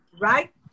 right